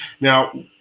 Now